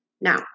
Now